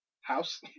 House